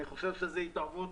אני חושב שזאת התערבות